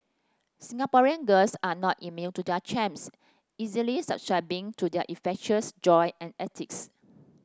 Singaporean girls are not immune to their charms easily succumbing to their infectious joy and antics